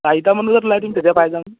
চাৰিটামান বজাত ওলাই দিম তেতিয়া পাই যাম